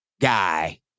guy